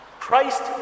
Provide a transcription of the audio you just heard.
Christ